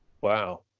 Wow